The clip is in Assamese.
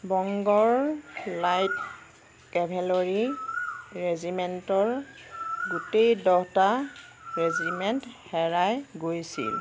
বংগৰ লাইট কেভেলৰী ৰেজিমেণ্টৰ গোটেই দহটা ৰেজিমেন্ট হেৰাই গৈছিল